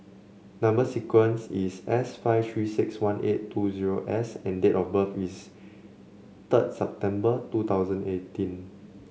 number sequence is S five Three six one eight two zero S and date of birth is third December two thousand eighteen